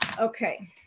Okay